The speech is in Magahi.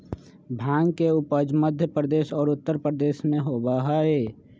भांग के उपज मध्य प्रदेश और उत्तर प्रदेश में होबा हई